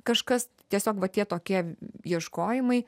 kažkas tiesiog va tie tokie ieškojimai